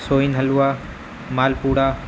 سوند حلوہ مال پووا